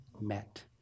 met